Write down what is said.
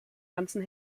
ganzem